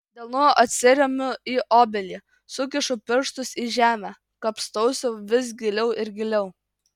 delnu atsiremiu į obelį sukišu pirštus į žemę kapstausi vis giliau ir giliau